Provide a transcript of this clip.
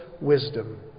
wisdom